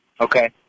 Okay